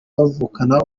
bavukana